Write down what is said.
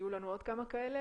יהיו לנו עוד כמה כאלה,